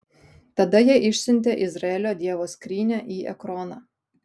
tada jie išsiuntė izraelio dievo skrynią į ekroną